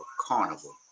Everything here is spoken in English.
Carnival